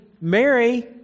Mary